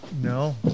No